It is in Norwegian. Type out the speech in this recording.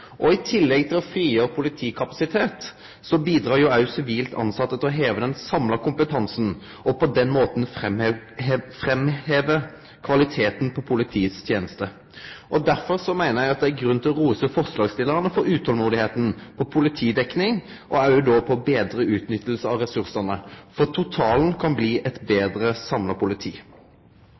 politiutdanning. I tillegg til å frigjere politikapasitet bidreg òg sivilt tilsette til å heve den samla kompetansen, og på den måten framheve kvaliteten på politiet sine tenester. Derfor meiner eg det er grunn til å rose forslagsstillarane for utolmodet når det gjeld politidekning og betre utnytting av ressursane, for totalen kan bli eit betre samla politi.